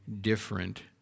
different